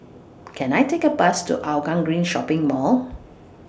Can I Take A Bus to Hougang Green Shopping Mall